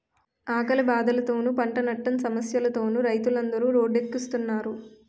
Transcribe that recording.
ఆకలి బాధలతోనూ, పంటనట్టం సమస్యలతోనూ రైతులందరు రోడ్డెక్కుస్తున్నారు